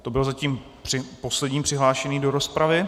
To byl zatím poslední přihlášený do rozpravy.